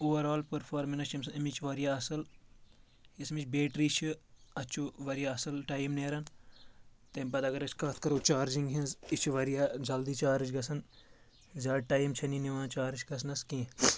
overall performance چھِ ایٚمسہٕ امِچ واریاہ اصٕل یُس امِچ بیٹری چھِ اتھ چھُ واریاہ اصل ٹایم نیران تمہِ پتہٕ اگر أسۍ کتھ کرو چارجِنٛگ ہِنٛز یہِ چھِ واریاہ جلدی چارٕج گژھان زیادٕ ٹایم چھ نہٕ یہِ نِوان چارٕج گژھنَس کینٛہہ